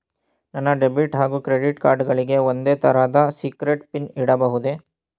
ನನ್ನ ಡೆಬಿಟ್ ಹಾಗೂ credit card ಗಳಿಗೆ ಒಂದೇ ತರಹದ ಸೀಕ್ರೇಟ್ ಪಿನ್ ಇಡಬಹುದೇ?